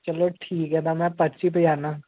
ते चलो ठीक ऐ तां में पर्ची पजाना